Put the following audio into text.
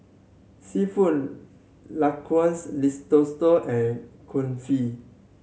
Seafood Linguine Risotto and Kulfi